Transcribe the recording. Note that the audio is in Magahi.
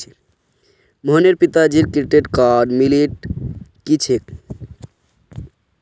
मोहनेर पिताजीर क्रेडिट कार्डर लिमिट की छेक